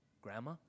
Grandma